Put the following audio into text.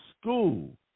school